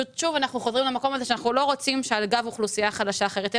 פשוט שוב אנחנו חוזרים למקום הזה שעל גב אוכלוסייה חלשה אחרת,